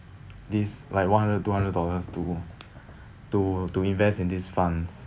this like one hundred two hundred dollars to to to invest in these funds